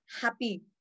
happy